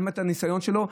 מה רמת הניסיון שלו,